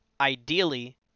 ideally